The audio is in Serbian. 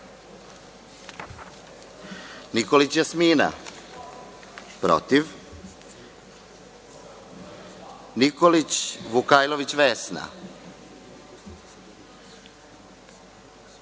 zaNikolić Jasmina – protivNikolić-Vukajlović Vesna